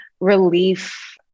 relief